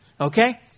Okay